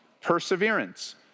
perseverance